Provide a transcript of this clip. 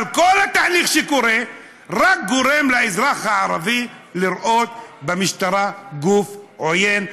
אבל כל התהליך שקורה רק גורם לאזרח הערבי לראות במשטרה גוף עוין,